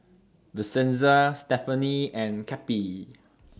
Vincenza Stefanie and Cappie